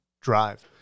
drive